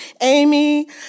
Amy